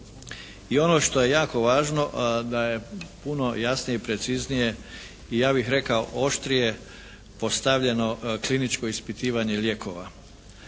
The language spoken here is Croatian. I ono što je jako važno, da je puno jasnije i preciznije i ja bih rekao oštrije postavljeno kliničko ispitivanje lijekova.